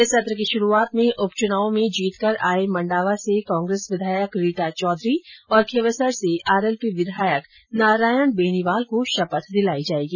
इस सत्र की शुरूआत में उप चुनाव में जीतकर आये मण्डावा से कांग्रेस विधायक रीटा चौधरी और खींवसर से आरएलपी विधायक नारायण बेनीवाल को शपथ दिलाई जाएगी